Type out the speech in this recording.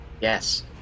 Yes